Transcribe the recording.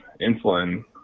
insulin